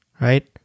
Right